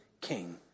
king